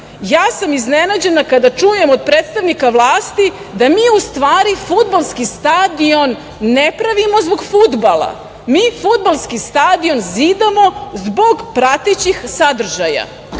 Ja sam iznenađena kada čujem od predstavnika vlasti da mi u stvari fudbalski stadion ne pravimo zbog fudbala, mi fudbalski stadion zidamo zbog pratećih sadržaja.